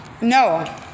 No